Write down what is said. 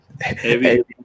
heavy